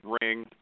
ring